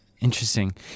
interesting